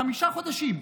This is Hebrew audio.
חמישה חודשים,